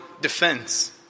defense